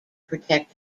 protect